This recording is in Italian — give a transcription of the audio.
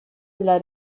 della